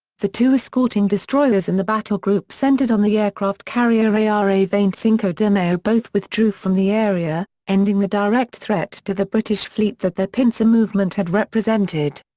the two escorting destroyers and the battle group centred on the aircraft carrier ara veinticinco de mayo both withdrew from the area, ending the direct threat to the british fleet that their pincer movement had represented.